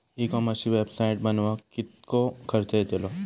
E कॉमर्सची website बनवक किततो खर्च येतलो?